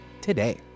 today